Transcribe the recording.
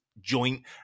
joint